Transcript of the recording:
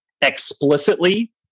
explicitly